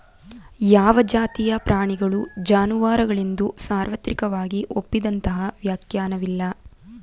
ಯಾವ ಜಾತಿಯ ಪ್ರಾಣಿಗಳು ಜಾನುವಾರುಗಳೆಂದು ಸಾರ್ವತ್ರಿಕವಾಗಿ ಒಪ್ಪಿದಂತಹ ವ್ಯಾಖ್ಯಾನವಿಲ್ಲ